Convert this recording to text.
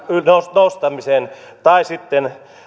nostamiseen tai sitten